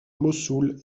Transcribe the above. mossoul